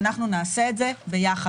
ואנחנו נעשה את זה ביחד,